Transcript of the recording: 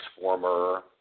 former